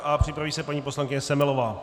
A připraví se paní poslankyně Semelová.